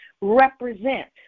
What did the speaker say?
represent